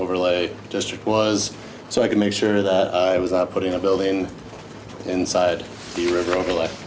over lake district was so i could make sure that i was put in a building inside the river on the left